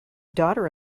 daughter